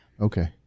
Okay